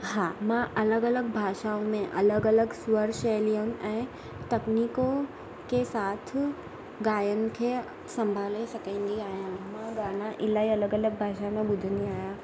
हा मां अलॻि अलॻि भाषाउनि में अलॻि अलॻि स्वर शैलियुनि ऐं तकनिको के साथ गायनि खे संभाले सघंदी आहियां मां गाना इलाही अलॻि अलॻि भाषा में ॿुधंदी आहियां